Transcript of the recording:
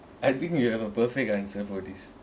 I think you have a perfect answer for this